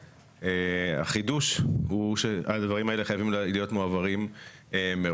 - כאשר החידוש הוא שהדברים האלה חייבים להיות מועברים מראש.